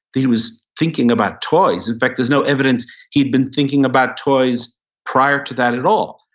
that he was thinking about toys. in fact, there's no evidence he'd been thinking about toys prior to that at all.